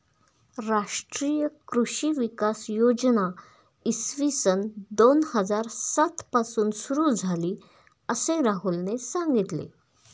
राष्ट्रीय कृषी विकास योजना इसवी सन दोन हजार सात पासून सुरू झाली, असे राहुलने सांगितले